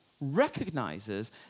recognizes